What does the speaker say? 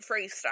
freestyle